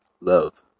love